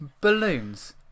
Balloons